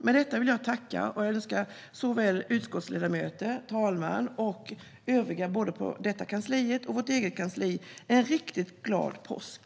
Med detta vill jag önska utskottsledamöter, talmannen och övriga både på detta kansli och på vårt eget kansli en riktigt glad påsk.